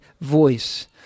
voice